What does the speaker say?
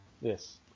Yes